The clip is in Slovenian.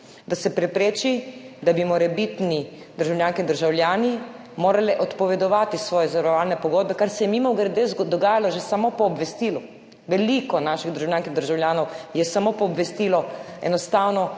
Da se prepreči, da bi morebitni državljanke in državljani morali odpovedovati svoje zavarovalne pogodbe, kar se je mimogrede dogajalo že samo po obvestilu. Veliko naših državljank in državljanov se je bilo samo po obvestilu enostavno